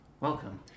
Welcome